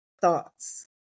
thoughts